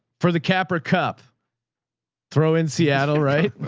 for the capra cup throw in seattle. right?